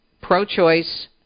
pro-choice